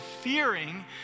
fearing